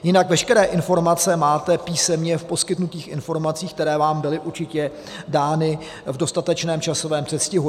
Jinak veškeré informace máte písemně v poskytnutých informacích, které vám byly určitě dány v dostatečném časovém předstihu.